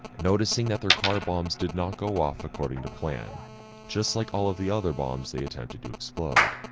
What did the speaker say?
noticing that their car bombs did not go off according to plan just like all of the other bombs, they attempted to explode.